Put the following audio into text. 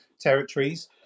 territories